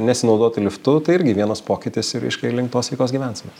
nesinaudoti liftu tai irgi vienas pokytis ir reiškia link tos sveikos gyvensenos